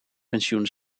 pensioen